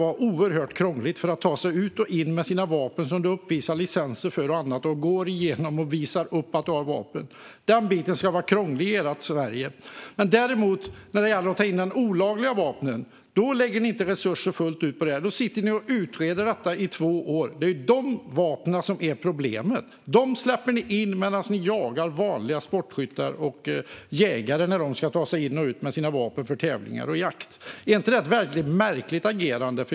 Det ska tydligen vara krångligt att ta sig ut och in ur landet med sina vapen, som man uppvisar licenser och annat för, och att gå igenom tullen och visa upp att man har vapen. Den biten ska vara krånglig i ert Sverige. När det däremot gäller att ta in de olagliga vapnen lägger ni inte resurser fullt ut. Då sitter ni och utreder i två år. Det är ju dessa vapen som är problemet! Men dem släpper ni in, medan ni jagar vanliga sportskyttar och jägare när de ska ta sig in och ut ur landet med sina vapen för tävlingar och jakt. Är inte det ett väldigt märkligt agerande?